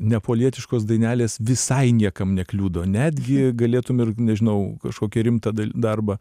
neapolietiškos dainelės visai niekam nekliudo netgi galėtum ir nežinau kažkokį rimtą darbą